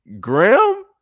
Graham